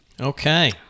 Okay